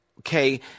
okay